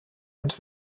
und